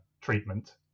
treatment